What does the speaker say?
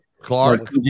Clark